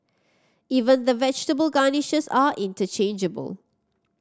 even the vegetable garnishes are interchangeable